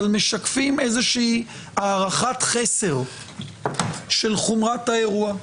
משקפים איזושהי הערכת חסר של חומרת האירוע,